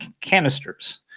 canisters